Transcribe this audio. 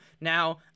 Now